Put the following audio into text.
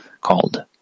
called